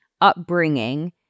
upbringing